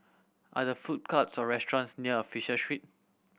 are there food courts or restaurants near Fisher Street